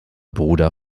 bruder